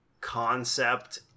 concept